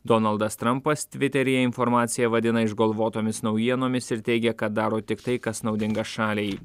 donaldas trampas tviteryje informaciją vadina išgalvotomis naujienomis ir teigia kad daro tik tai kas naudinga šaliai